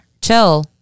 Chill